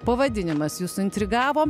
pavadinimas jus suintrigavo